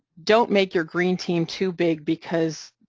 don't make your green team too big because,